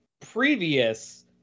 previous